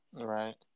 right